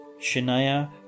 Shania